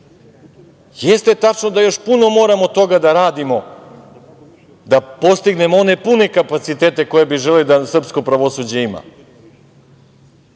tačno da još puno moramo toga da radimo da postignemo one pune kapacitete koje bi želeli da srpsko pravosuđe ima,